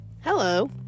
Hello